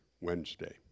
Wednesday